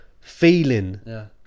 feeling